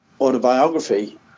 autobiography